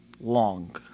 long